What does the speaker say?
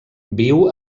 viu